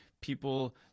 people